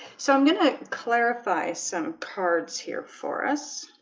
so i'm going to clarify some cards here for us